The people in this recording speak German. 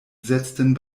setzten